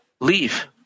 leave